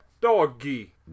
Doggy